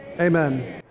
amen